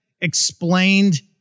explained